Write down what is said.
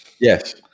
yes